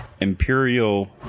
Imperial